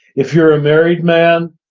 if you're a married man,